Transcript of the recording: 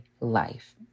life